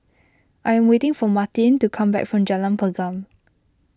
I am waiting for Martin to come back from Jalan Pergam